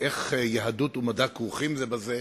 איך יהדות ומדע כרוכים זה בזה.